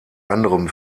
anderem